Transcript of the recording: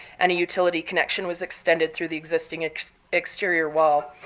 and a utility connection was extended through the existing exterior wall